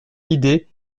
l’idée